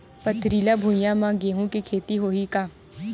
पथरिला भुइयां म गेहूं के खेती होही का?